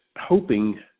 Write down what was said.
hoping